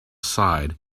side